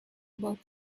about